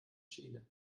chile